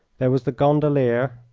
there was the gondolier,